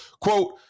Quote